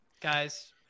guys